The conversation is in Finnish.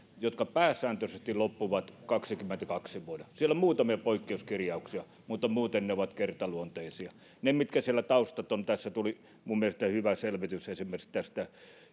jotka pääsääntöisesti loppuvat vuonna kaksikymmentäkaksi siellä on muutamia poikkeuskirjauksia mutta muuten ne ovat kertaluonteisia siitä mitkä siellä on taustat tässä tuli minun mielestäni hyvä selvitys esimerkiksi